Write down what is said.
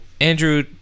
Andrew